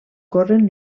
corren